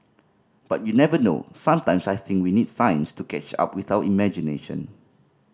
but you never know sometimes I think we need science to catch up with our imagination